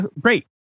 great